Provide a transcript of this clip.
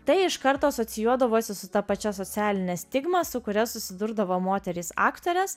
tai iš karto asocijuodavosi su ta pačia socialine stigmą su kuria susidurdavo moterys aktorės